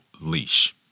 leash